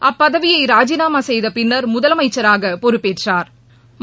அப்பதவியை ராஜினாமா செய்த பின்னா் முதலமைச்சராக பொறுப்பேற்றாா்